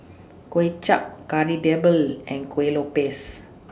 Kuay Chap Kari Debal and Kuih Lopes